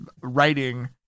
writing